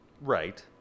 Right